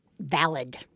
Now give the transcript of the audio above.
valid